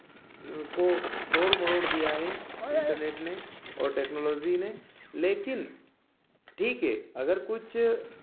को तोड़ मरोड़ दिया है इंटरनेट ने और टेक्नोलोज़ी ने लेकिन ठीक है अगर कुछ